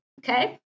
Okay